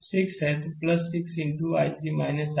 तो 6 into I3 I1